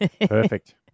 Perfect